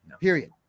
period